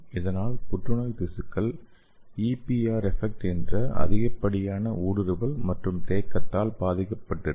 இதனால் புற்றுநோய் திசுக்கள் EPR எபெக்ட் என்ற அதிகப்படியான ஊடுருவல் மற்றும் தேக்கத்தால் பாதிக்கப்பட்டிருக்கும்